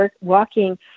walking